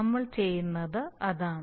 നമ്മൾ ചെയ്യുന്നത് അതാണ്